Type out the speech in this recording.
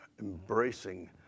embracing